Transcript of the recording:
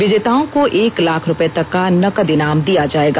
विजेताओं को एक लाख रूपये तक का नकद इनाम दिया जायेगा